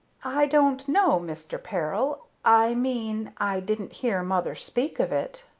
i don't know, mr. peril i mean, i didn't hear mother, speak of it,